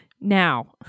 Now